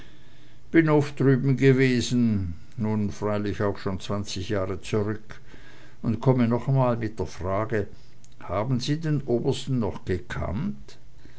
bin oft drüben gewesen nun freilich schon zwanzig jahre zurück und komme noch einmal mit der frage haben sie den obersten noch gekannt